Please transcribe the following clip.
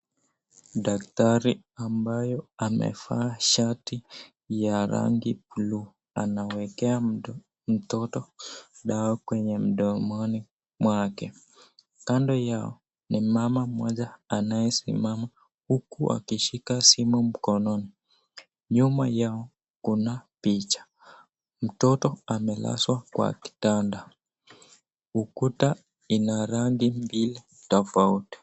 Daktari ambaye amevaa shati ya rangi blue anawekea mtoto dawa kwenye mdomoni mwake kando yao ni mama mmoja anayesimama huku akishika simu mkononi nyuma yao kuna picha, mtoto amelazwa kwa kitanda ukuta ina rangi mbili tafauti .